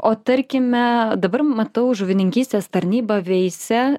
o tarkime dabar matau žuvininkystės tarnyba veisia